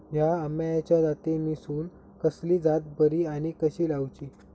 हया आम्याच्या जातीनिसून कसली जात बरी आनी कशी लाऊची?